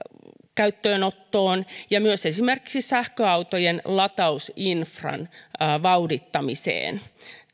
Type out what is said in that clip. käyttöönottoon ja myös esimerkiksi sähköautojen latausinfran vauhdittamiseen